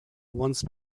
once